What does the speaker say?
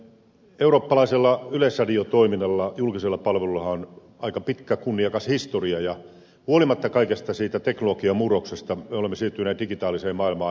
eurooppalaisella yleisradiotoiminnallahan julkisella palvelulla on aika pitkä kunniakas historia ja huolimatta kaikesta siitä teknologiamurroksesta me olemme siirtyneet digitaaliseen maailmaan